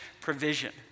provision